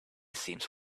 seems